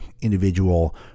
individual